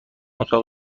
اتاق